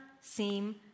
seem